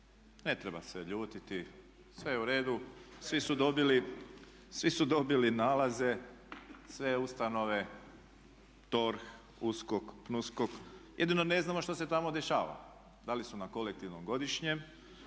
ne treba se ljutiti, sve je u redu, svi su dobili nalaze, sve ustanove, DORH, USKOK, PNUSKOK, jedino ne znamo što se tamo dešava? Da li su na kolektivnom godišnjem,